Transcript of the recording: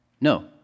No